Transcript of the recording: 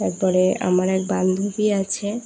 তারপরে আমার এক বান্ধবী আছে